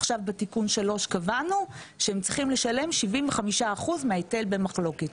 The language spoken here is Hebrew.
עכשיו בתיקון 3 קבענו שהם צריכים לשלם 75% מההיטל במחלוקת.